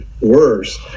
worse